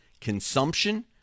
consumption